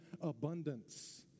abundance